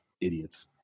idiots